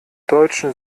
deutschen